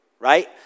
right